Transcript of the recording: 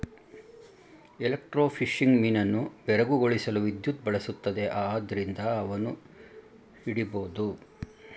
electrofishing ಮೀನನ್ನು ಬೆರಗುಗೊಳಿಸಲು ವಿದ್ಯುತ್ ಬಳಸುತ್ತದೆ ಆದ್ರಿಂದ ಅವನ್ನು ಹಿಡಿಬೋದು